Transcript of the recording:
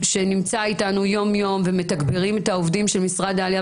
שנמצא איתנו יום יום ומתגברים את העובדים של משרד העלייה